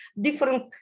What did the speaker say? different